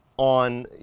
on.